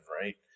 right